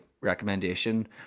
recommendation